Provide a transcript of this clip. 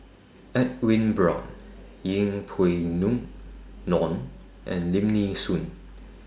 Edwin Brown Yeng Pway Ngon and Lim Nee Soon